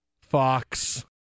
fox